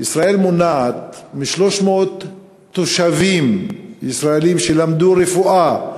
ישראל מונעת מ-300 תושבים ישראלים שלמדו רפואה,